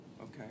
okay